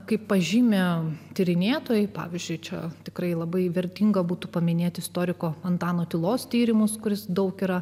kaip pažymi tyrinėtojai pavyzdžiui čia tikrai labai vertinga būtų paminėti istoriko antano tylos tyrimus kuris daug yra